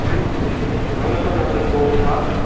بالکل بالکل بالکل ہے نہ نہ نہ سۄ چھ تُہُنٛدٕے حق